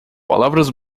palavras